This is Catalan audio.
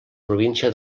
província